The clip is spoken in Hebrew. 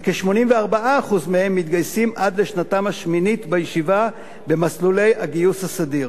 וכ-84% מהם מתגייסים עד לשנתם השמינית בישיבה במסלולי הגיוס הסדיר.